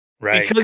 Right